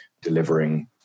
delivering